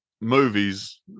movies